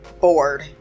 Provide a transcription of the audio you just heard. bored